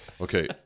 Okay